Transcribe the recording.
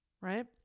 right